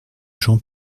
jean